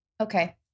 Okay